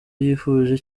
yifuje